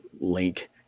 link